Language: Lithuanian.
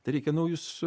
tai reikia naujus